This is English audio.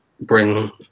bring